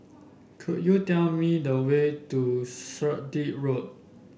could you tell me the way to Sturdee Road